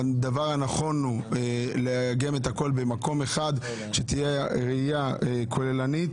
הדבר הנכון הוא לאגם את הכול במקום אחד שתהיה ראייה כוללנית